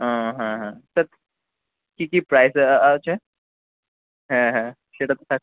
ও হ্যাঁ হ্যাঁ স্যার কী কী প্রাইজ আ আছে হ্যাঁ হ্যাঁ সেটা কোথায়